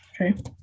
Okay